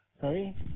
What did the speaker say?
Sorry